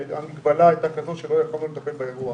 שהמגבלה הייתה כזו שלא יכולנו לטפל באירוע.